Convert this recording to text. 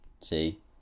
See